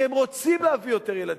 כי הם רוצים להביא יותר ילדים,